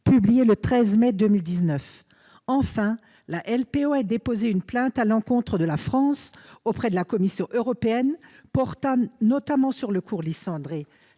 publié le 13 mai 2019. Enfin, la LPO a déposé une plainte à l'encontre de la France auprès de la Commission européenne, portant notamment sur le courlis cendré.